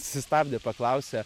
susistabdė paklausė